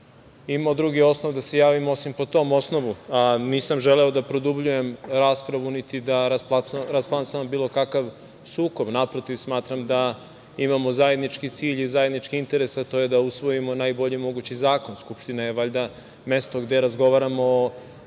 imao drugi osnov da se javim osim po tom osnovu, a nisam želeo da produbljujem raspravu, niti da rasplamsavam bilo kakav sukob. Naprotiv, smatram da imamo zajednički cilj i zajednički interes, a to je da usvojimo najbolji mogući zakon. Skupština je valjda mesto gde razgovaramo o